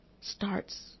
starts